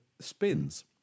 spins